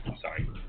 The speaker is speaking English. sorry